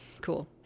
Cool